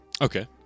Okay